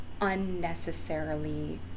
unnecessarily